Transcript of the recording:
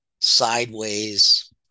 sideways